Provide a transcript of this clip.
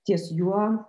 ties juo